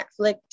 netflix